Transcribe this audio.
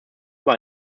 über